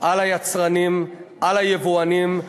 על היצרנים, על היבואנים.